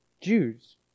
Jews